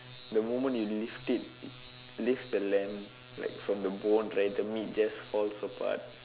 the moment you lift it lift the lamb like from the bone right the meat just falls apart